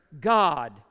God